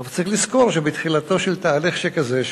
אבל צריך לזכור בתחילתו של תהליך שכזה,